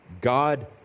God